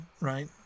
right